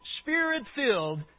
Spirit-filled